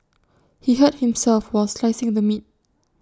he hurt himself while slicing the meat